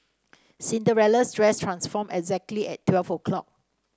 Cinderella's dress transformed exactly at twelve o'clock